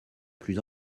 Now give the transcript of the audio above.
plus